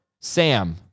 Sam